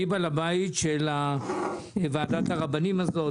מי בעל הבית של ועדת הרבנים הזאת,